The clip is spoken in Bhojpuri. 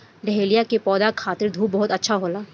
डहेलिया के पौधा खातिर धूप बहुत अच्छा होला